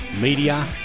Media